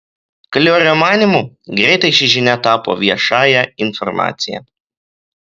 kliorio manymu greitai ši žinia tapo viešąja informacija